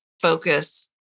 focus